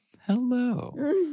hello